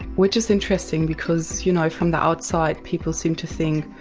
which is interesting because, you know, from the outside people seem to think,